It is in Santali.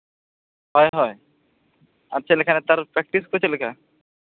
ᱦᱳᱭ ᱦᱳᱭ ᱟᱨ ᱱᱮᱛᱟᱨ ᱯᱨᱮᱠᱴᱤᱥ ᱠᱚ ᱪᱮᱫ ᱞᱮᱠᱟ